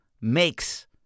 makes